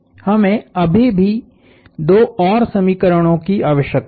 हमें अभी भी दो और समीकरणों की आवश्यकता है